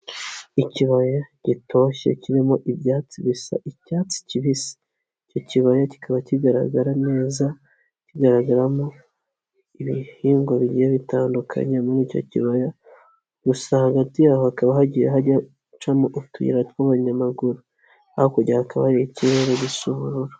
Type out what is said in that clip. Ikibaya gitoshye kirimo ibyatsi bisa icyatsi kibisi, icyo kibaya kikaba kigaragara neza, kigaragaramo ibihingwa bigiye bitandukanye muri icyo kibaya, gusa hagati y'aho hakaba hagiye hajya gucamo utuyira tw'abanyamaguru, hakurya hakaba hari ikirere gisa ubururu.